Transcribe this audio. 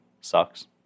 sucks